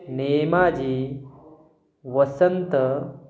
Nemaji Vasant